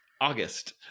august